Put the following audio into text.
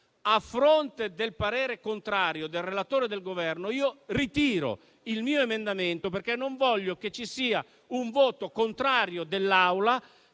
a fronte del parere contrario del relatore e del Governo ritiro il mio emendamento. Non voglio che ci sia un voto contrario dell'Assemblea